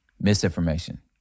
Misinformation